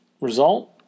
result